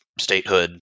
statehood